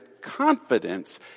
confidence